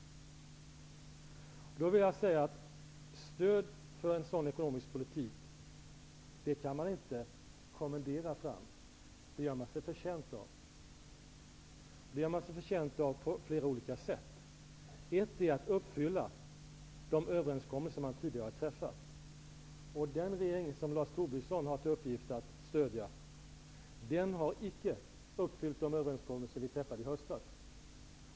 Stöd för en sådan ekonomisk politik kan man inte kommendera fram. Det gör man sig förtjänt av, och det på flera olika sätt. Ett är att uppfylla de överenskommelser som man tidigare har träffat. Den regering som Lars Tobisson har till uppgift att stödja har icke uppfyllt de överenskommelser som vi träffade i höstas.